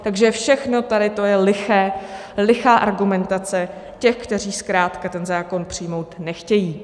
Takže všechno tady to je liché, lichá argumentace těch, kteří zkrátka ten zákon přijmout nechtějí.